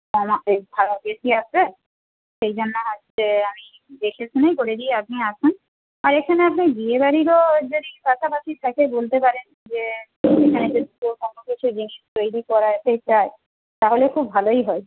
কমা এই বেশি আসবে সেই জন্য হচ্ছে আমি দেখেশুনেই করে দিই আপনি আসুন আর এখানে আপনি বিয়েবাড়িরও যদি পাশাপাশি থাকে বলতে পারেন যে কোনো কিছু জিনিস তৈরি করাতে তাহলে খুব ভালোই হয়